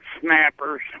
snappers